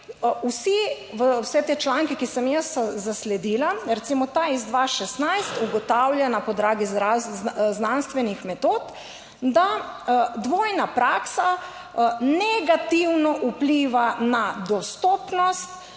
vse te članke, ki sem jih jaz zasledila, recimo ta iz 2016 ugotavlja na podlagi znanstvenih metod, da dvojna praksa negativno vpliva na dostopnost,